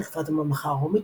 בתקופת הממלכה הרומית,